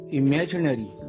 imaginary